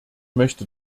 möchte